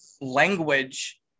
language